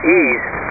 east